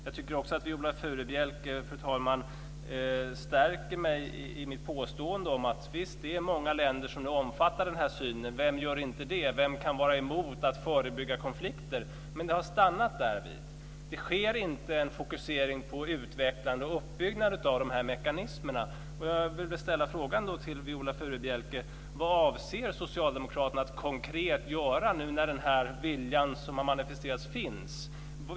Jag tycker också att Viola Furubjelke, fru talman, stärker mig i mitt påstående om att det visst är många länder som omfattar den här synen. Vem gör inte det? Vem kan vara emot att förebygga konflikter? Men det har stannat därvid. Det sker inte en fokusering på utvecklande och uppbyggnad av de här mekanismerna. Jag vill då ställa frågorna till Viola Furubjelke: Vad avser socialdemokraterna att konkret göra nu när den här viljan som har manifesterats finns?